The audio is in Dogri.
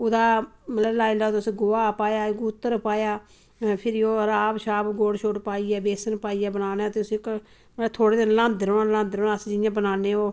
ओह्दा मतलब लाई लैओ तुस गोहा पाया गूत्तर पाया फिर ओह् राव शाब गुड़ शुड़ पाइयै बेसन पाइयै बनाना ते फिर ओह् थोह्ड़े दिन हिलांदे रौहना हिलांदे रौहना अस जिया बनान्ने ओह्